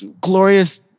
glorious